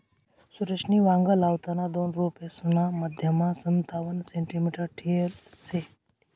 सुरेशनी वांगा लावताना दोन रोपेसना मधमा संतावण सेंटीमीटर ठेयल शे